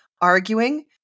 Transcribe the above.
arguing